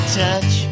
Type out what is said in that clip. touch